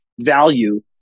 value